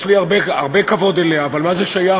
יש לי הרבה כבוד אליה, אבל מה זה שייך?